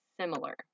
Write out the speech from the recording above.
similar